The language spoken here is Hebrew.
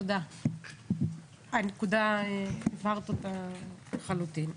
הבהרת את הנקודה לחלוטין.